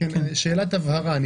שאלת הבהרה.